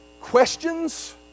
questions